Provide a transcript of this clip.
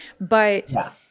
but-